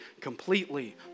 completely